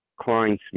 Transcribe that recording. Kleinsmith